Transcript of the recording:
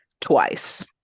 twice